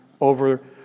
over